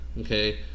okay